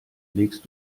legst